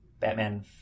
Batman